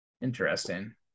Interesting